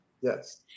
Yes